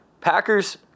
Packers